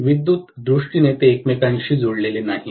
विद्युत दृष्टीने ते एकमेकांशी जोडलेले नाहीत